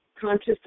conscious